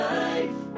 life